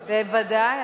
בוודאי.